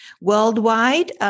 worldwide